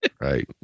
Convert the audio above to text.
Right